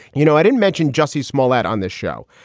you know, i didn't mentioned jessie small at on this show.